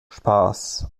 spaß